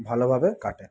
ভালোভাবে কাটে